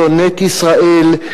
שונאת ישראל,